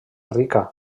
rica